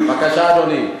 בבקשה, אדוני.